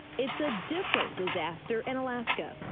it's a different disaster in alaska.